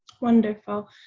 Wonderful